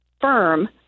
firm